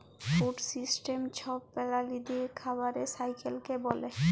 food system ছব প্রালিদের খাবারের সাইকেলকে ব্যলে